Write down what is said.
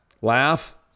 Laugh